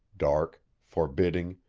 dark, forbidding,